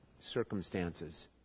circumstances